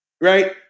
right